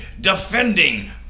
defending